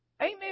Amen